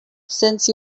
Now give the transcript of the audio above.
since